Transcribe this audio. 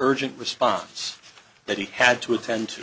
urgent response that he had to attend to